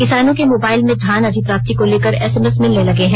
किसानों के मोबाइल में धान अधिप्राप्ति को लेकर एसएमएस मिलने लगे हैं